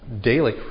daily